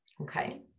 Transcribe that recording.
okay